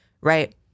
right